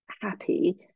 happy